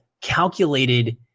calculated